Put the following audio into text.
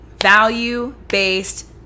value-based